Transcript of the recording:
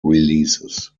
releases